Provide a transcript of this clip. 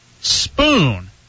Spoon